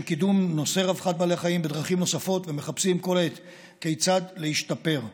קידום נושא רווחת בעלי החיים בדרכים נוספות ומחפשים כל העת כיצד להשתפר.